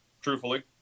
truthfully